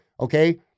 Okay